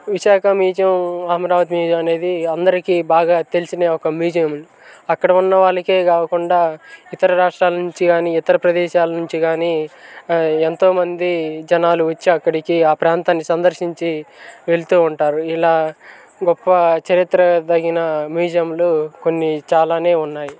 Visakha museum Amaravati museum అనేది అందరికీ బాగా తెలిసిన ఒక మ్యూజియం అక్కడ ఉన్న వాళ్ళకే కాకుండా ఇతర రాష్ట్రాల నుంచి కాని ఇతర ప్రదేశాల నుంచి కాని ఎంతోమంది జనాలు వచ్చి అక్కడికి ఆ ప్రాంతాన్ని సందర్శించి వెళ్తూ ఉంటారు ఇలా గొప్ప చరిత్ర తగిన మ్యూజియంలు కొన్ని చాలానే ఉన్నాయి